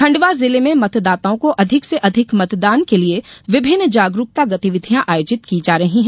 खंडवा जिले में मतदाताओं को अधिक से अधिक मतदान के लिए विभिन्न जागरूकता गतिविधियां आयोजित की जा रही है